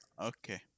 Okay